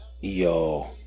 Yo